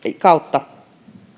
kautta